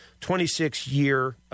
26-year